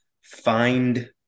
find